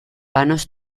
vanos